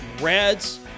Reds